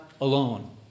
alone